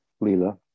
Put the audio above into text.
Lila